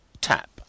tap